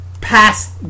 past